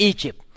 Egypt